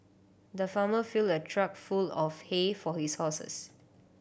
the farmer filled a truck full of hay for his horses